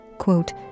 Quote